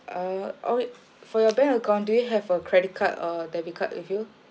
uh all for your bank account do you have a credit card or debit card with you